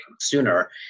sooner